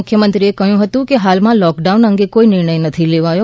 મુખ્યમંત્રી કહ્યં હતું કે હાલમાં લોકડાઉન અંગે કોઈ નિર્ણય નથી લેવાયો